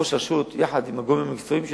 ראש רשות, יחד עם הגורמים המקצועיים שלו,